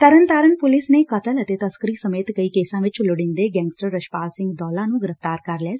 Tarn Taran police ਨੇ ਕਤਲ ਅਤੇ ਤਸਕਰੀ ਸਮੇਤ ਕਈ ਕੇਸਾ ਵਿਚ ਲੋਡੀਂਦੇ ਗੈਂਗਸਟਰ ਰਛਪਾਲ ਸਿੰਘ ਦੌਲਾ ਨ੍ਰੰ ਗ੍ਰਿਫਤਾਰ ਕਰ ਲਿਐ